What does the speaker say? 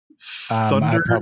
Thunder